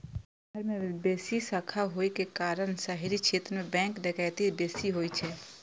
शहर मे बेसी शाखा होइ के कारण शहरी क्षेत्र मे बैंक डकैती बेसी होइ छै